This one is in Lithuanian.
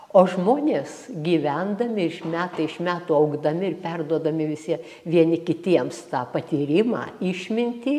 o žmonės gyvendami iš metai iš metų augdami ir perduodami visi vieni kitiems tą patyrimą išmintį